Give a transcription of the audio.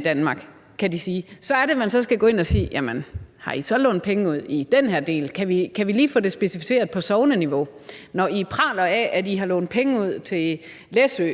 Danmark. Det kan de sige, og så er det, man skal gå ind og spørge: Jamen har I så lånt penge ud i den her del? Kan vi lige få det specificeret på sogneniveau? Når I praler af, at I har lånt penge ud til Læsø,